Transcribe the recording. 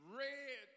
red